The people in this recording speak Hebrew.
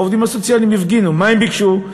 העובדים הסוציאליים הפגינו, מה הם ביקשו?